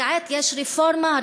וכעת יש רפורמה.